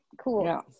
cool